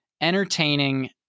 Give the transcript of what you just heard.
entertaining